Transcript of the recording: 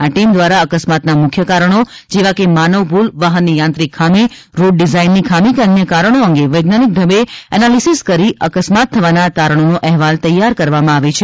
આ ટીમ દ્વારા અકસ્માતના મુખ્ય કારણો જેવા કે માનવ ભુલ વાહનની યાંત્રિક ખામી રોડ ડીઝાઇનની ખામી કે અન્ય કારણો અંગે વૈજ્ઞાનિક ઢબે એનાલીસીસ કરી અકસ્માત થવાના તારણોનો અહેવાલ તૈયાર કરવામાં આવે છે